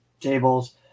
tables